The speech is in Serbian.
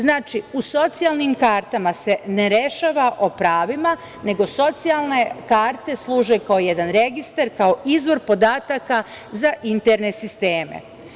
Znači, u socijalnim kartama se ne rešava o pravima, nego socijalne karte služe kao jedan registar, kao izvor podataka za interne sistema.